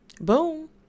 boom